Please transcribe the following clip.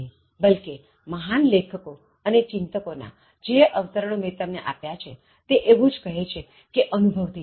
બલ્કિમહાન લેખકો અને ચિંતકો જે અવતરણો મેં તમને આપ્યા છેતે એવું જ કહે છે કે અનુભવ થી શીખો